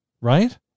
right